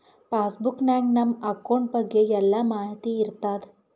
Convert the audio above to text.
pass book ನಾಗ್ ನಮ್ account ಬಗ್ಗೆ ಎಲ್ಲಾ ಮಾಹಿತಿ ಇರ್ತಾದ